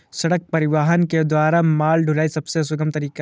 सड़क परिवहन के द्वारा माल ढुलाई सबसे सुगम तरीका है